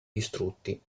distrutti